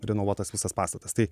renovuotas visas pastatas tai